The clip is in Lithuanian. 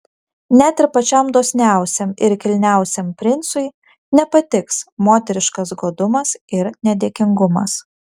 net ir pačiam dosniausiam ir kilniausiam princui nepatiks moteriškas godumas ir nedėkingumas